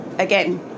Again